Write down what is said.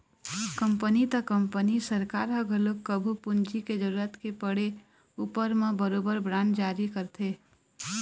company त company सरकार ह घलोक कभू पूंजी के जरुरत के पड़े उपर म बरोबर बांड जारी करथे